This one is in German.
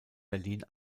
berlin